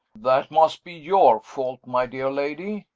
that must be your fault, my dear lady!